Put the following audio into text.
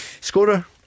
Scorer